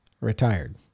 retired